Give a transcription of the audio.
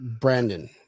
Brandon